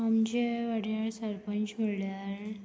आमचे वाठारांत सरपंच म्हणल्यार